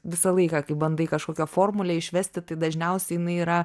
visą laiką kai bandai kažkokią formulę išvesti tai dažniausia jinai yra